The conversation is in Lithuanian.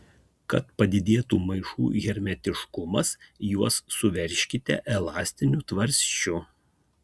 kad padidėtų maišų hermetiškumas juos suveržkite elastiniu tvarsčiu